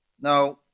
Now